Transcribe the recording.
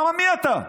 למה מי אתה?